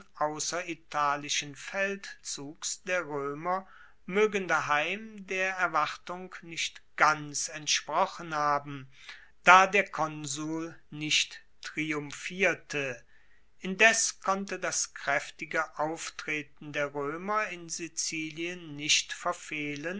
ausseritalischen feldzugs der roemer moegen daheim der erwartung nicht ganz entsprochen haben da der konsul nicht triumphierte indes konnte das kraeftige auftreten der roemer in sizilien nicht verfehlen